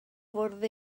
fwrdd